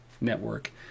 Network